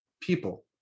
people